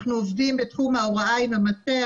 אנחנו עובדים בתחום ההוראה עם המטה,